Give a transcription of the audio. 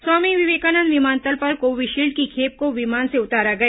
स्वामी विवेकानंद विमानतल पर कोविशील्ड की खेप को विमान से उतारा गया